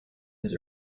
his